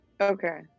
Okay